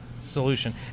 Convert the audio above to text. solution